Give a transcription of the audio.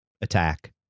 attack